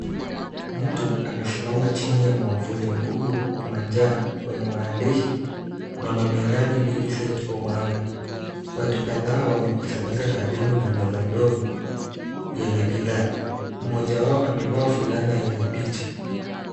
Mtu amesimama chini ya mwavuli mkubwa wa manjano wenye maandishi, Mama Miradi Millicent Omanga. Watu kadhaa wamekusanyika karibu na meza ndogo yenye bidhaa. Mmoja wao amevaa fulana yenye picha.